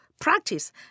practice